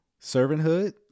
servanthood